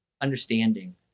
understanding